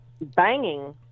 banging